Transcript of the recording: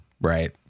right